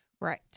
Right